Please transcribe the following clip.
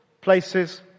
places